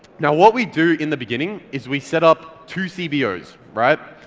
now what we do in the beginning is, we set up two cbo's right,